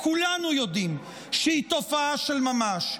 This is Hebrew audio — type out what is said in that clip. שכולנו יודעים שהיא תופעה של ממש.